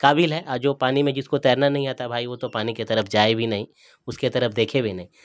قابل ہے جو پانی میں جس کو تیرنا نہیں آتا بھائی وہ تو پانی کی طرف جائے بھی نہیں اس کے طرف دیکھے بھی نہیں